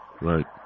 right